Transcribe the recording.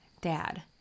dad